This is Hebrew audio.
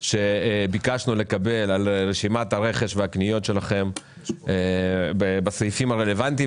שביקשנו לקבל על רשימת הרכש בסעיפים הרלוונטיים,